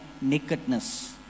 nakedness